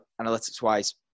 analytics-wise